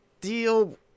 deal